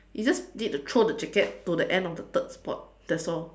you just need to throw the jacket to the end of the third spot that's all